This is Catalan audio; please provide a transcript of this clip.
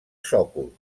sòcol